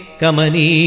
Kamani